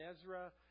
Ezra